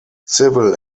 civil